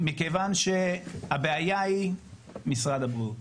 מכיוון שהבעיה היא משרד הבריאות.